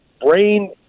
brain